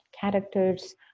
characters